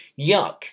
yuck